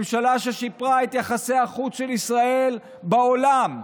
ממשלה ששיפרה את יחסי החוץ של ישראל בעולם,